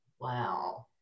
Wow